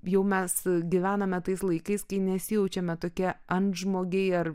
jau mes gyvename tais laikais kai nesijaučiame tokie antžmogiai ar